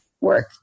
work